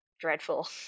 dreadful